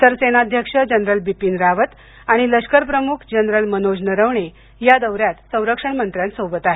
सरसेनाध्यक्ष जनरल बिपिन रावत आणि लष्करप्रमुख जनरल मनोज नरवणे या दौऱ्यात संरक्षण मंत्र्यांसोबत आहेत